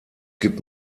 gibt